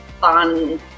fun